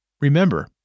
Remember